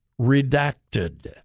redacted